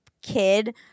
kid